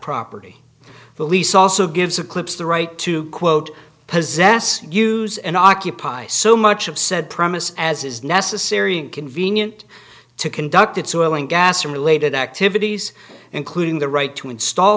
property the lease also gives eclipse the right to quote possess use and occupy so much of said promise as is necessary inconvenient to conduct its oil and gas related activities including the right to install